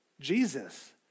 Jesus